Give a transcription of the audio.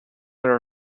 your